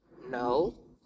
no